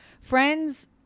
friends